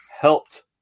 helped